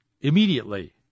immediately